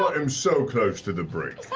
ah him so close to the brink,